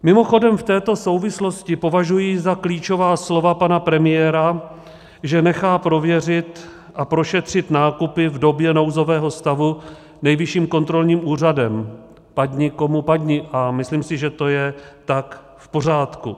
Mimochodem, v této souvislosti považuji za klíčová slova pana premiéra, že nechá prověřit a prošetřit nákupy v době nouzového stavu Nejvyšším kontrolním úřadem, padni komu padni, a myslím si, že to je tak v pořádku.